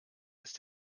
ist